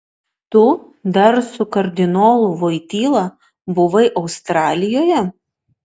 tu dar su kardinolu voityla buvai australijoje